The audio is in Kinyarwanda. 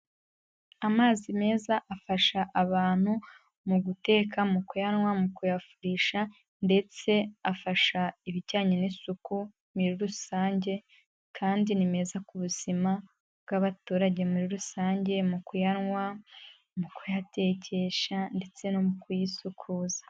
Amazi meza afasha abantu mu guteka, mu kuyanywa, mu kuyafurisha ndetse afasha ibijyanye n'isuku muri rusange kandi ni meza ku buzima bw'abaturage muri rusange mu kuyanywa, mu kuyatekesha ndetse no mu kuyisukuza.